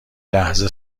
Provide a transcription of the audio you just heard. لحظه